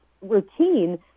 routine